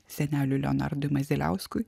seneliui leonardui maziliauskui